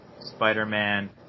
Spider-Man